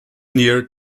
near